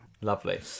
Lovely